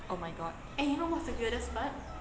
oh my god